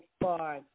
far